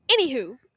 Anywho